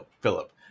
Philip